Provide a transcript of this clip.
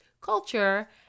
culture